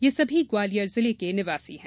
ये सभी ग्वालियर जिले के निवासी हैं